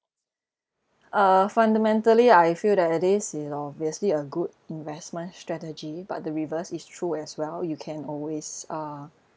uh fundamentally I feel that it is you know obviously a good investment strategy but the reverse is true as well you can always uh